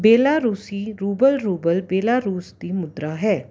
ਬੇਲਾਰੂਸੀ ruble ruble Belarus ਦੀ ਮੁਦਰਾ ਹੈ